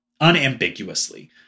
unambiguously